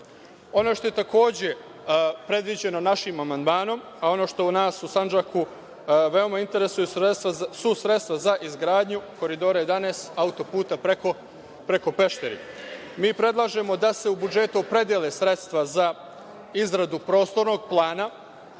Ono što je takođe predviđeno našim amandmanom, a ono što nas u Sandžaku veoma interesuje, su sredstva za izgradnju Koridora 11 autoputa preko Pešteri. Mi predlažemo da se u budžetu opredele sredstva za izradu prostornog plana,